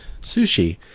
sushi